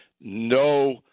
no